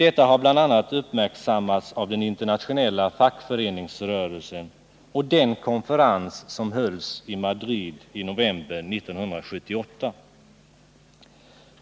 Detta har bl.a. uppmärksammats av den internationella fackföreningsrörelsen och den konferens som hölls i Madrid i november 1978.